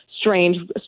strange